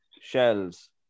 Shells